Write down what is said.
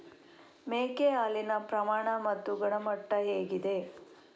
ಮೇಕೆ ಹಾಲಿನ ಪ್ರಮಾಣ ಮತ್ತು ಗುಣಮಟ್ಟ ಹೇಗಿದೆ?